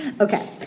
Okay